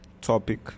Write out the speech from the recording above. topic